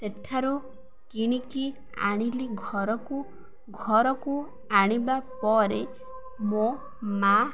ସେଠାରୁ କିଣିକି ଆଣିଲି ଘରକୁ ଘରକୁ ଆଣିବା ପରେ ମୋ ମା